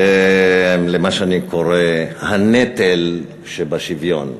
במה שאני קורא הנטל שבשוויון,